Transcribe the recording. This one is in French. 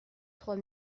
trois